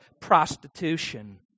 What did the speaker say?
prostitution